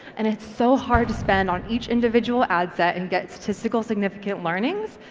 and it's so hard to spend on each individual adset and get statistical significant learnings,